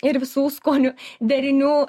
ir visų skonių derinių